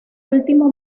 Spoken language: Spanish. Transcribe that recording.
último